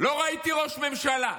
לא ראיתי ראש ממשלה.